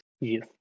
Yes